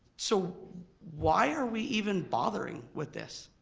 so why are we even bothering with this?